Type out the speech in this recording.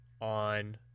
on